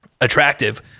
attractive